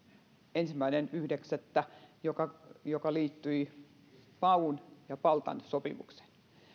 ensimmäinen yhdeksättä joka joka liittyi paun ja paltan sopimukseen